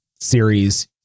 series